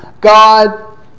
God